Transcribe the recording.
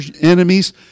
enemies